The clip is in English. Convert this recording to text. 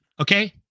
Okay